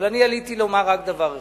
אבל אני עליתי לומר רק דבר אחד.